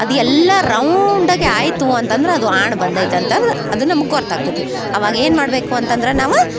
ಅದು ಎಲ್ಲ ರೌಂಡಗೆ ಆಯಿತು ಅಂತಂದ್ರ ಅದು ಆಣ್ ಬಂದೈತೆ ಅಂತಂದು ಅದು ನಮುಗ ಗೊರ್ತಾಗ್ತೈತೆ ಅವಾಗ ಏನು ಮಾಡಬೇಕು ಅಂತಂದ್ರ ನಾವು